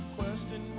question